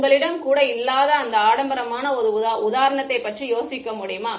உங்களிடம் கூட இல்லாத அந்த ஆடம்பரமான ஒரு உதாரணத்தைப் பற்றி யோசிக்க முடியுமா